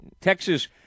Texas